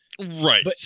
Right